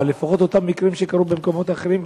אבל לפחות אותם מקרים שקרו במקומות אחרים,